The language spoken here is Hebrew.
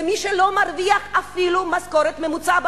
ולמי שלא מרוויח אפילו משכורת ממוצעת